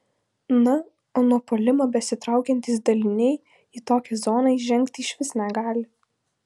na o nuo puolimo besitraukiantys daliniai į tokią zoną įžengti išvis negali